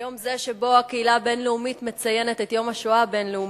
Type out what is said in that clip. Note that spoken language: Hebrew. ביום זה שבו הקהילה הבין-לאומית מציינת את יום השואה הבין-לאומי,